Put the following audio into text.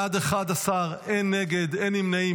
בעד 11, אין נגד, אין נמנעים.